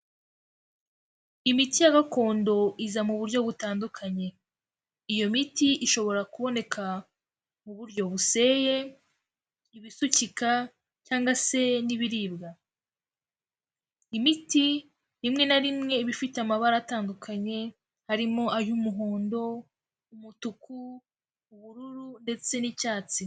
Imiti ya gakondo iza mu buryo butandukanye. Iyo miti ishobora kuboneka mu buryo buseye, ibisukika, cyangwa se n'ibiribwa. Imiti rimwe na rimwe iba ifite amabara atandukanye, harimo ay'umuhondo, umutuku, ubururu, ndetse n'icyatsi.